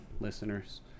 listeners